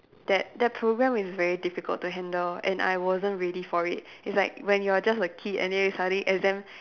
that that program is very difficult to handle and I wasn't ready for it it's like when you are just a kid and then you suddenly exams